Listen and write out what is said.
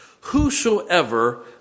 Whosoever